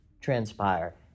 transpire